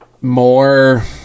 more